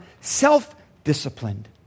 self-disciplined